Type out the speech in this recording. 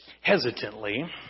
Hesitantly